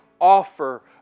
offer